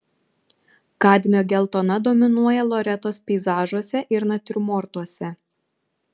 kadmio geltona dominuoja loretos peizažuose ir natiurmortuose